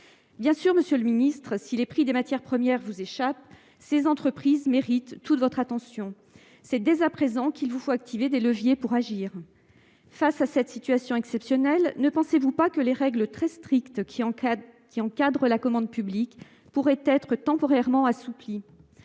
Bien sûr, monsieur le ministre, le prix des matières premières vous échappe, mais ces entreprises méritent toute votre attention. C'est dès à présent qu'il vous faut activer des leviers pour agir. Devant cette situation exceptionnelle, ne pensez-vous pas que les règles très strictes qui encadrent la commande publique pourraient être temporairement assouplies ?